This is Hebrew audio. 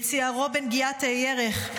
וציערו בנגיעת הירך,